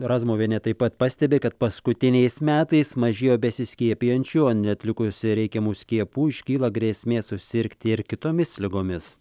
razmuvienė taip pat pastebi kad paskutiniais metais mažėjo besiskiepijančių neatlikus reikiamų skiepų iškyla grėsmė susirgti ir kitomis ligomis